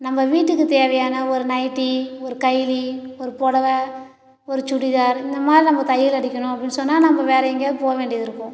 நம்ப வீட்டுக்குத் தேவையான ஒரு நைட்டி ஒரு கைலி ஒரு புடவ ஒரு சுடிதார் இந்த மாதிரி நம்ப தையல் அடிக்கணும் அப்படின்னு சொன்னால் நம்ப வேறு எங்கையாவது போக வேண்டியது இருக்கும்